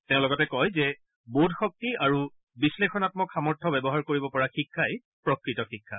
তেওঁ লগতে কয় যে বোধ শক্তি আৰু বিশ্লেষণামক সামৰ্থ্য ব্যৱহাৰ কৰিব পৰা শিক্ষাই প্ৰকত শিক্ষা